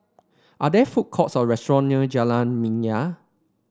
are there food courts or restaurant near Jalan Minyak